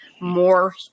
more